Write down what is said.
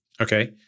Okay